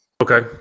Okay